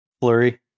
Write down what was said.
Flurry